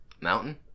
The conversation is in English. mountain